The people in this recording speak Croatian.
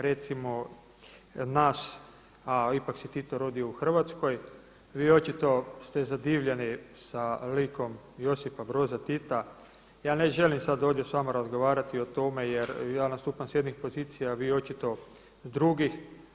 Recimo nas, a ipak se Tito rodio u Hrvatskoj, vi očito ste zadivljeni sa likom Josipa Broza Tita, ja ne želim sada ovdje s vama razgovarati o tome jer ja nastupam s jednih pozicija, vi očito drugih.